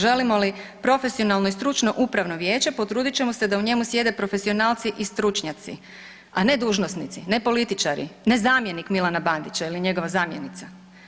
Želimo li profesionalno i stručno upravo vijeće potrudit ćemo se da u njemu sjede profesionalci i stručnjaci, a ne dužnosnici, ne političari, ne zamjenik Milana Bandića ili njegova zamjenica.